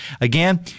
again